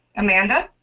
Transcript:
amanda.